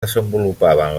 desenvolupaven